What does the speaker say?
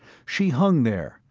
she hung there,